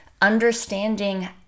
understanding